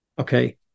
okay